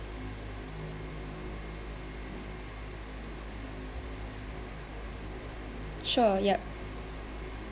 sure yup